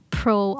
pro